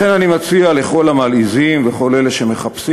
לכן אני מציע לכל המלעיזים ולכל אלה שמחפשים